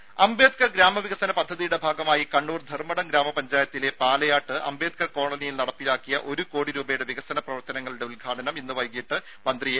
രംഭ അംബേദ്കർ ഗ്രാമവികസന പദ്ധതിയുടെ ഭാഗമായി കണ്ണൂർ ധർമ്മടം ഗ്രാമ പഞ്ചായത്തിലെ പാലയാട് അംബേദ്കർ കോളനിയിൽ നടപ്പാക്കിയ ഒരു കോടി രൂപയുടെ വികസന പ്രവർത്തനങ്ങളുടെ ഉദ്ഘാടനം ഇന്ന് വൈകീട്ട് മന്ത്രി എ